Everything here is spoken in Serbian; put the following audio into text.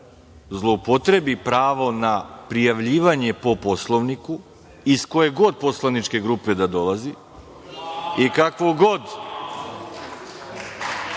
zloupotrebi pravo na prijavljivanje po Poslovniku, iz koje god poslaničke grupe da dolazi, i kakvo god